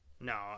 No